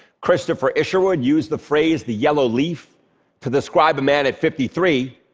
christopher isherwood used the phrase the yellow leaf to describe a man at fifty three,